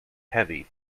heavy